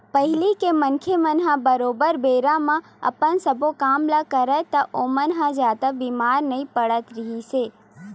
पहिली के मनखे मन ह बरोबर बेरा म अपन सब्बो काम ल करय ता ओमन ह जादा बीमार नइ पड़त रिहिस हे